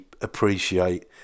appreciate